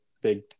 big